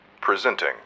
presenting